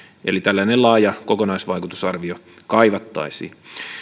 eli tällaista laajaa kokonaisvaikutusarviota kaivattaisiin